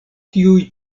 tiuj